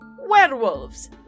werewolves